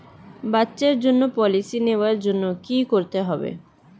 বাচ্চার জন্য পলিসি নেওয়ার জন্য কি করতে হবে?